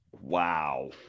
Wow